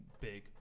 big